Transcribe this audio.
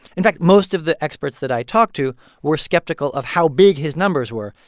in fact, most of the experts that i talked to were skeptical of how big his numbers were,